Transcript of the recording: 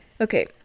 okay